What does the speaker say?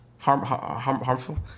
harmful